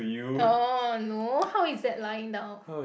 oh no how is that lying down